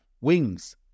wings